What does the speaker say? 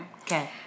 Okay